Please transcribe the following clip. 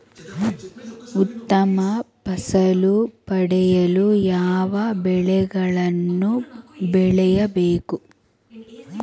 ಉತ್ತಮ ಫಸಲು ಪಡೆಯಲು ಯಾವ ಬೆಳೆಗಳನ್ನು ಬೆಳೆಯಬೇಕು?